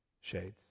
Shades